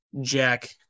Jack